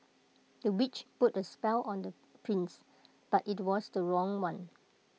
the witch put A spell on the prince but IT was the wrong one